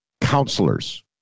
counselors